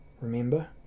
remember